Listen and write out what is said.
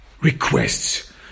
requests